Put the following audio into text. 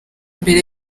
mbere